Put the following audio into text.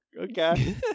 okay